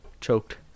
choked